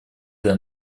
для